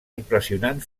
impressionant